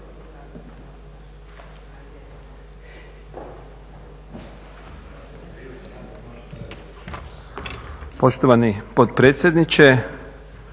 Poštovani potpredsjedniče,